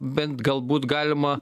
bent galbūt galima